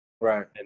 right